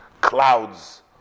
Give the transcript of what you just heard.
clouds